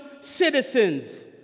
citizens